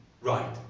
Right